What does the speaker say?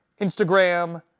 Instagram